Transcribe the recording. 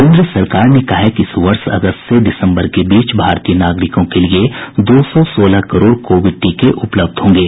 केंद्र सरकार ने कहा है कि इस वर्ष अगस्त से दिसंबर के बीच भारतीय नागरिकों के लिए दो सौ सोलह करोड़ कोविड टीके उपलब्ध होंगे